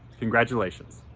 congratulations.